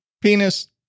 Penis